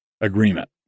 agreement